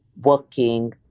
working